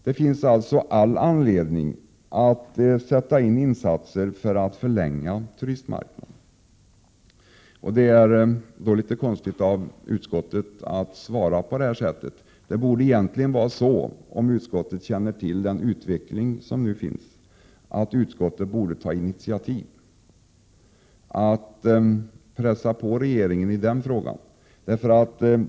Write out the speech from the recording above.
Det finns alltså all anledning att sätta in insatser för att förlänga turistsäsongen. Det är då litet underligt att utskottet svarar som det gör. Det borde egentligen vara så — om utskottet känner till utvecklingen — att utskottet tar initiativ och pressar på regeringen i denna fråga.